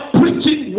preaching